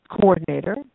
coordinator